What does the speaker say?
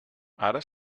ara